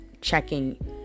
checking